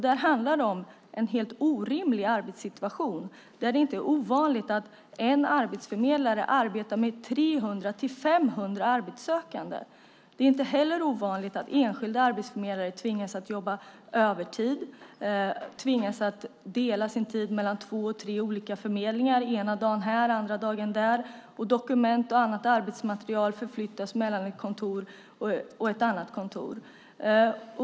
Där handlar det om en helt orimlig arbetssituation, där det inte är ovanligt att en arbetsförmedlare arbetar med 300-500 arbetssökande. Det är inte heller ovanligt att enskilda arbetsförmedlare tvingas jobba övertid och dela sin tid mellan två eller tre olika förmedlingar - ena dagen här, andra dagen där. Dokument och annat arbetsmaterial förflyttas mellan ett kontor och ett annat.